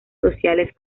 sociales